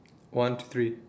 one two three